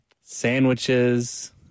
Sandwiches